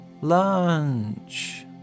Lunch